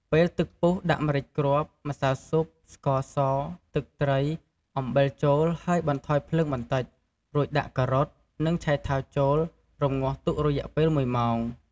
ពេលទឹកពុះដាក់ម្រេចគ្រាប់ ម្សៅស៊ុប ស្ករស ទឹកត្រី អំបិលចូលហើយបន្ថយភ្លើងបន្តិចរួចដាក់ ការ៉ុត និងឆៃថាវចូលរម្ងាស់ទុករយៈពេលមួយម៉ោង។